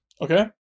Okay